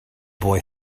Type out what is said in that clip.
boy